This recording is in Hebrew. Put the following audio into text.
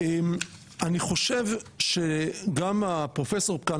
אני חושב שגם הפרופסור כאן,